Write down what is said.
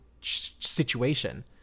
situation